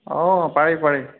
অঁ পাৰি পাৰি